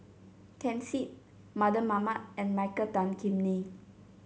Ken Seet Mardan Mamat and Michael Tan Kim Nei